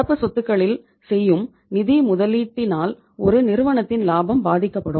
நடப்பு சொத்துக்களில் செய்யும் நிதி முதலீட்டினால் ஒரு நிறுவனத்தின் லாபம் பாதிக்கப்படும்